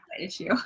issue